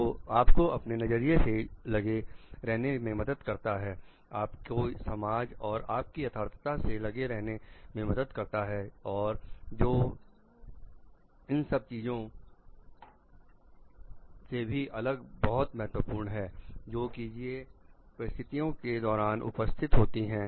जो आपको अपने नजरिए से लगे रहने में मदद करता है आपकी समाज आप की यथार्थता से लगे रहने में मदद करता है और जो इन सब चीजों से भी अलग बहुत महत्वपूर्ण है जो कीजिए परिस्थिति के दौरान उपस्थित होती हैं